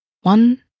One